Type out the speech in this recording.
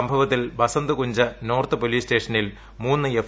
സംഭവത്തിൽ Vasant Kunj north police സ്റ്റേഷനിൽ മൂന്ന് എഫ്